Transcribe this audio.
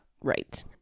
Right